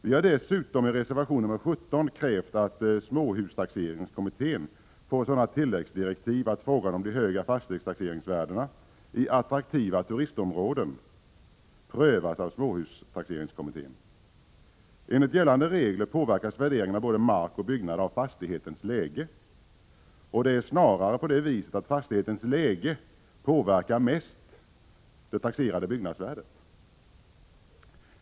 Vi har dessutom i reservation nr 17 krävt att småhustaxeringskommittén får sådana tilläggsdirektiv att frågan om de höga fastighetstaxeringsvärdena i attraktiva turistområden prövas av småhustaxeringskommittén. Enligt gällande regler påverkas värderingen av både mark och byggnad av fastighetens läge. Det är snarare på det viset att fastighetens läge påverkar mest byggnadens taxeringsvärde.